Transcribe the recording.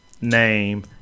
name